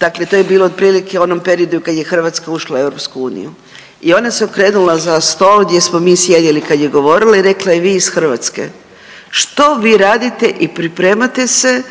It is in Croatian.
dakle to je bilo otprilike u onom periodu kad je Hrvatska ušla u EU i ona se okrenula za stol gdje smo mi sjedili kad je govorila i rekla je, vi iz Hrvatske, što vi radite i pripremate se